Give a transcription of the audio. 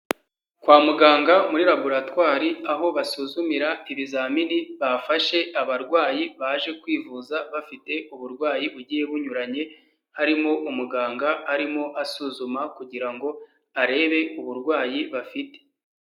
Kwa muganga muri laboratwari aho basuzumira ibizamini bafashe abarwayi baje kwivuza bafite uburwayi ugiye bunyuranye, harimo umuganga arimo asuzuma kugira ngo arebe uburwayi bafite.